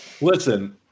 Listen